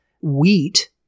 wheat